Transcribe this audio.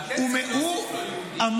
אתם צריכים להוסיף לו "יהודית".